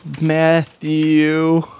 Matthew